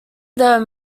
though